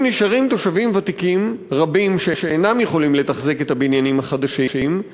אם נשארים תושבים ותיקים רבים שאינם יכולים לתחזק את הבניינים החדשים,